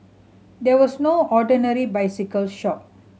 there was no ordinary bicycle shop